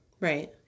Right